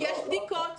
יש בדיקות.